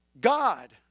God